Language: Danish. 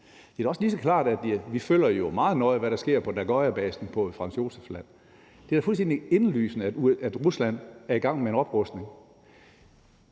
Det er også da lige så klart, at vi følger meget nøje, hvad der sker på Nagurskojebasen i Franz Josefs Land. Det er da fuldstændig indlysende, at Rusland er i gang med en oprustning.